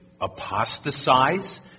apostatize